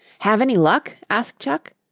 have any luck? asked chuck.